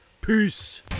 Peace